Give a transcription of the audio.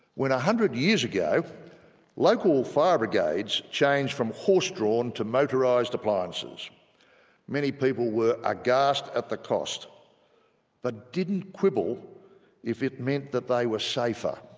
when a hundred years ago local fire brigades changed from horse-drawn to motorised appliances many people were aghast at the cost but didn't quibble if it meant that they were safer.